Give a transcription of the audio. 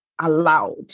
allowed